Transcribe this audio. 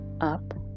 up